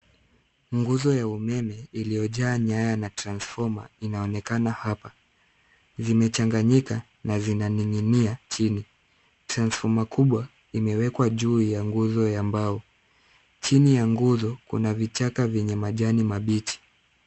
Nguzo ya umeme uliojaa nyaya na transfoma inaonekana hapa, vimechanganyika na zinaninginia jini. Transfoma kubwa imewekwa juu ya nguzo ya mbao, jini ya nguzo kuna vichaka venye majani mabichi.